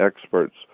experts